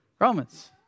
Romans